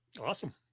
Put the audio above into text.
Awesome